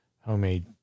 homemade